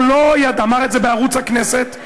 הוא אמר את זה בערוץ הכנסת,